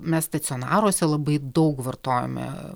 mes stacionaruose labai daug vartojame